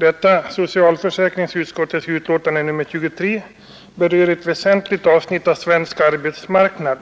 Herr talman! Socialförsäkringsutskottets betänkande nr 23 berör ett väsentligt avsnitt av svensk arbetsmarknad,